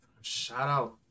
Shout-out